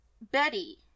Betty